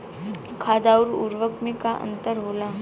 खाद्य आउर उर्वरक में का अंतर होला?